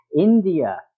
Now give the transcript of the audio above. India